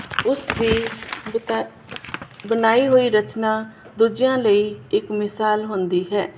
ਉਸ ਦੀ ਬਤਾ ਬਣਾਈ ਹੋਈ ਰਚਨਾ ਦੂਜਿਆਂ ਲਈ ਇੱਕ ਮਿਸਾਲ ਹੁੰਦੀ ਹੈ